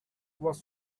was